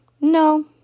no